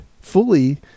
fully